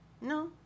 No